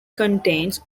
contains